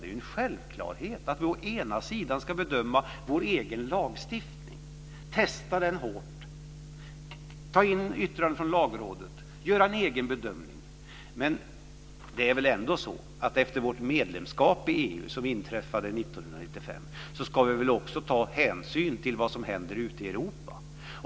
Det är en självklarhet att vi å ena sidan ska bedöma vår egen lagstiftning, testa den hårt, ta in yttranden från Lagrådet och göra en egen bedömning. Men å andra sidan ska vi väl också efter vårt medlemskap i EU, som inleddes 1995, ta hänsyn till vad som händer ute i Europa.